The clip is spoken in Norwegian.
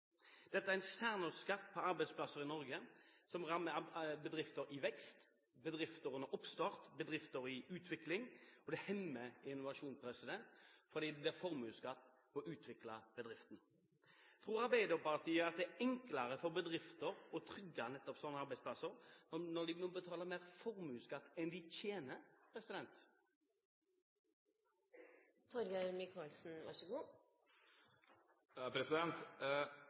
Dette er en særnorsk skatt på arbeidsplasser i Norge som rammer bedrifter i vekst, bedrifter under oppstart, bedrifter i utvikling, og det hemmer innovasjonen fordi det blir formuesskatt på å utvikle bedriften. Tror Arbeiderparti at det er enklere for bedrifter å trygge nettopp slike arbeidsplasser, når de nå betaler mer formuesskatt enn de tjener?